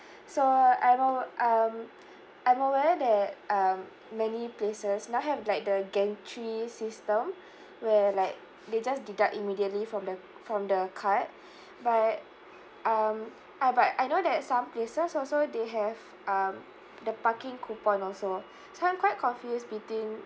so I'm awa~ um I'm aware that um many places now have like the gantry system where like they just deduct immediately from the from the card but um uh but I know that some places also they have um the parking coupon also so I'm quite confused between